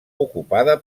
ocupada